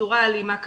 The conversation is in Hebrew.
בצורה אלימה כזאת,